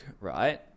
right